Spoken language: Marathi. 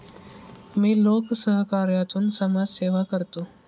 मी लोकसहकारातून समाजसेवा करतो